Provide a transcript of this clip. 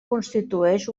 constitueix